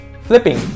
flipping